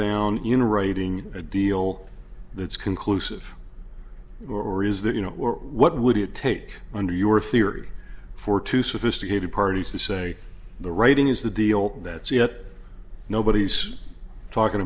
down in a writing a deal that's conclusive or is that you know what would it take under your theory for two sophisticated parties to say the writing is the deal that's yet nobody's talking